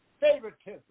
favoritism